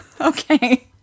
Okay